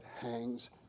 hangs